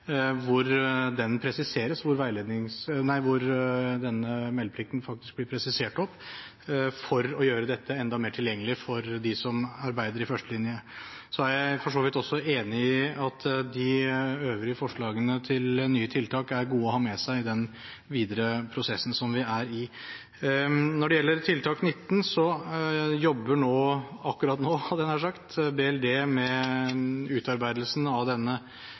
hvor meldeplikten faktisk blir presisert for å gjøre dette enda mer tilgjengelig for dem som arbeider i førstelinjen, og jeg er for så vidt også enig i at de øvrige forslagene til nye tiltak er gode å ha med seg videre i den prosessen som vi er i. Når det gjelder tiltak 19, jobber – akkurat nå, hadde jeg nær sagt – BLD med utarbeidelsen av denne